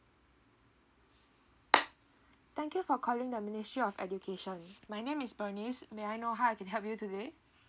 thank you for calling the ministry of education my name is bernice may I know how I can help you today